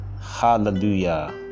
Hallelujah